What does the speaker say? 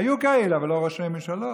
היו כאלה, אבל לא ראשי ממשלות.